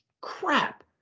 crap